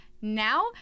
now